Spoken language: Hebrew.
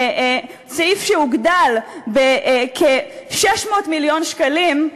שהוגדל בכ-600 מיליון שקלים,